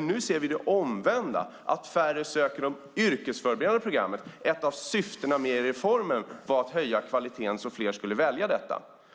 Nu ser vi det omvända, nämligen att färre söker de yrkesförberedande programmen. Ett av syftena med reformen var att höja kvaliteten så att fler skulle välja dem.